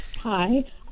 Hi